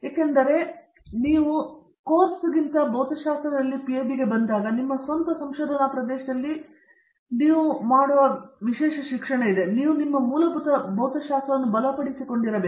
ಏಕೆಂದರೆ ನೀವು ಕೋರ್ಸ್ಗಿಂತ ಭೌತಶಾಸ್ತ್ರದಲ್ಲಿ ಪಿಎಚ್ಡಿಗೆ ಬಂದಾಗ ನಿಮ್ಮ ಸ್ವಂತ ಸಂಶೋಧನಾ ಪ್ರದೇಶದಲ್ಲಿ ನೀವು ಮಾಡುವ ವಿಶೇಷ ಶಿಕ್ಷಣವನ್ನು ನೀವು ನಿಮ್ಮ ಮೂಲ ಭೌತಶಾಸ್ತ್ರವನ್ನು ಬಲಪಡಿಸಬೇಕು